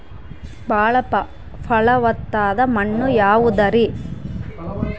ಬಾಳ ಫಲವತ್ತಾದ ಮಣ್ಣು ಯಾವುದರಿ?